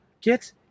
get